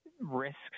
risks